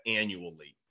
annually